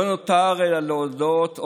לא נותר אלא להודות,